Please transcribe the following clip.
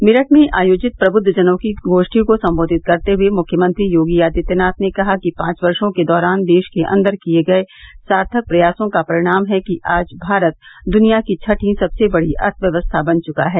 मेरठ में आयोजित प्रवृद्वजनों की गोष्ठी को संबोधित करते हुए मुख्यमंत्री योगी आदित्यनाथ ने कहा कि पांच वर्षो के दौरान देश के अन्दर किये गये सार्थक प्रयासों का परिणाम है कि आज भारत दुनिया की छठी सबसे बड़ी अर्थव्यक्स्था बन चुका है